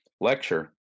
lecture